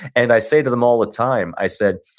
and i say to them all the time, i said,